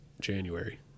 January